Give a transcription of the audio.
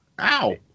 Ow